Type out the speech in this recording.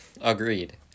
Agreed